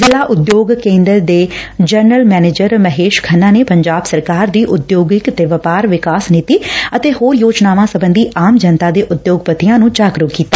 ਜ਼ਿਲੂਾ ਉਦਯੋਗ ਕੇਂਦਰ ਦੇ ਜਨਰਲ ਮੈਨੇਜਰ ਮਹੇਸ਼ ਖੰਨਾ ਨੇ ਪੰਜਾਬ ਸਰਕਾਰ ਦੀ ਉਦਯੋਗਿਕ ਤੇ ਵਪਾਰ ਵਿਕਾਸ ਨੀਤੀ ਅਤੇ ਹੋਰ ਯੋਜਨਾਵਾਂ ਸਬੰਧੀ ਆਮ ਜਨਤਾ ਤੇ ਉਦਯੋਗਪਤੀਆਂ ਨੂੰ ਜਾਗਰੁਕ ਕੀਤਾ